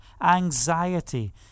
anxiety